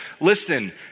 listen